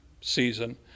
season